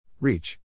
Reach